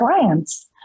clients